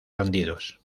bandidos